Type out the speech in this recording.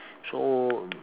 so